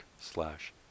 slash